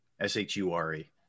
S-H-U-R-E